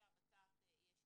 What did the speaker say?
שהבט"פ יהיה שותף.